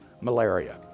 malaria